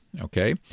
Okay